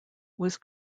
was